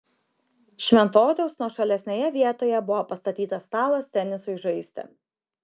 šventoriaus nuošalesnėje vietoje buvo pastatytas stalas tenisui žaisti